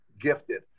gifted